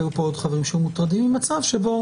היו פה עוד חברים שמוטרדים ממצב שבו